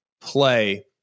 play